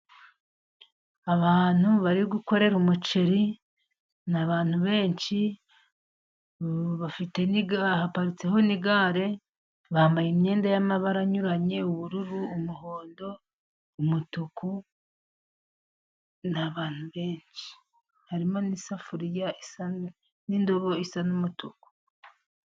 Abantu bari gukorera umuceri . Ni abantu benshi bafite, haparitseho n'igare, bambaye imyenda y'amabara anyuranye ,ubururu, umuhondo, umutuku, ni abantu benshi. Harimo n'isafuriya isa n'indobo isa n'umutuku.